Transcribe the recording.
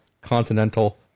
Continental